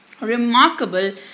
remarkable